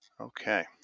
Okay